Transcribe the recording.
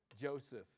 Joseph